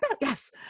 yes